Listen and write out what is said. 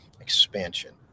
expansion